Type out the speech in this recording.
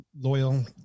loyal